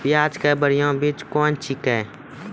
प्याज के बढ़िया बीज कौन छिकै?